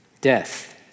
Death